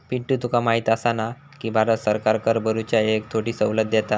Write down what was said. पिंटू तुका माहिती आसा ना, की भारत सरकार कर भरूच्या येळेक थोडी सवलत देता